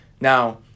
Now